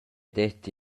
detti